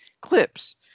clips